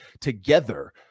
together